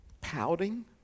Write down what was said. Pouting